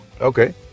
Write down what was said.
Okay